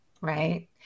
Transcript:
Right